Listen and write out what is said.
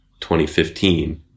2015